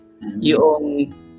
yung